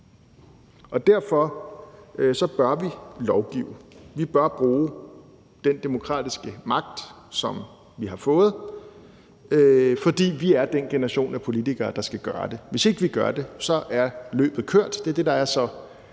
på. Derfor bør vi lovgive. Vi bør bruge den demokratiske magt, som vi har fået, fordi vi er den generation af politikere, der skal gøre det. Hvis ikke vi gør det, er løbet kørt. Det er det, der er så